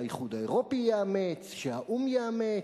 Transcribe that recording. שהאיחוד האירופי יאמץ, שהאו"ם יאמץ,